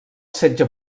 setge